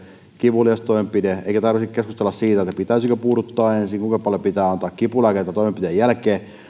kivulias toimenpide korvattua jolloin ei tarvitsisi keskustella siitä pitäisikö puuduttaa ensin ja kuinka paljon pitää antaa kipulääkkeitä toimenpiteen jälkeen